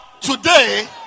today